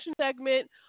segment